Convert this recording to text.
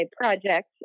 project